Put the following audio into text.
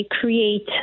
create